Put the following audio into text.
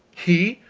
he?